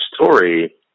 story